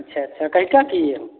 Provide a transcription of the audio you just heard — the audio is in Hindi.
अच्छा अच्छा कैसा किए